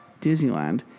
Disneyland